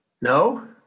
No